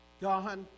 God